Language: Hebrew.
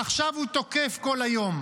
עכשיו הוא תוקף כל היום.